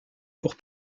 pour